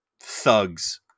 thugs